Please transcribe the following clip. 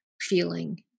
feeling